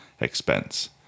expense